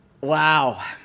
Wow